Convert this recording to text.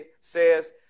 says